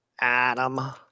adam